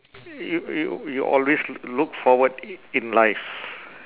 you you you always l~ look forward i~ in life